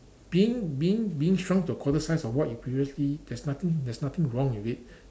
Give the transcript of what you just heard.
being being being shrunk to a quarter size of what you previously there's nothing there's nothing wrong with it